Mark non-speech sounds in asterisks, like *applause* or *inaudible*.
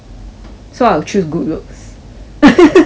so I'll choose good looks *laughs*